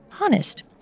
Honest